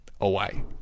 away